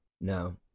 No